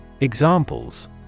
Examples